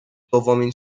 دومین